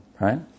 right